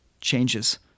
changes